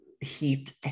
heat